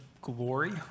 glory